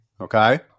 Okay